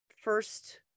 first